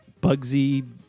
Bugsy